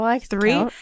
three